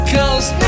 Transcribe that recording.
Cause